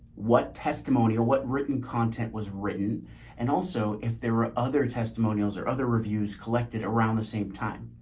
what testimony or what written content was written and also if there were other testimonials or other reviews collected around the same time.